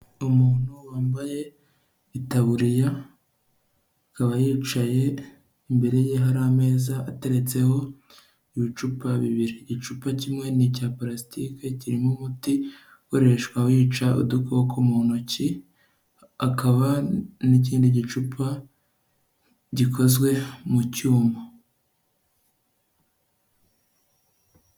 Umuntu wambaye itaburiya akaba yicaye imbere ye hari ameza ateretseho ibicupa bibiri, igicupa kimwe nicya plastike kirimo umuti ukoreshwa wica udukoko mu ntoki akaba n'ikindi gicupa gikozwe mu cyuma.